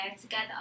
together